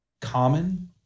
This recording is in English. common